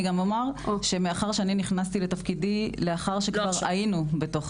אני גם אומר שמאחר שאני נכנסתי לתפקידי לאחר שכבר היינו בתוך